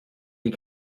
des